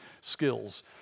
skills